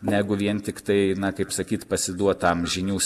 negu vien tiktai na kaip sakyt pasiduot tam žinių